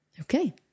Okay